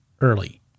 early